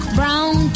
brown